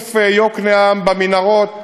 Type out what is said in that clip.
מחלוף יקנעם במנהרות צפון-מזרח,